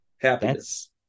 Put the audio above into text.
happiness